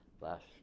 last